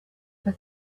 for